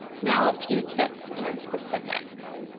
now a few tips and specifics.